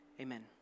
amen